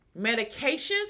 medications